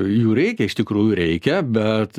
jų reikia iš tikrųjų reikia bet